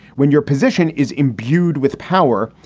when your position is imbued with power,